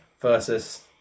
versus